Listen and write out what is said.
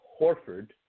Horford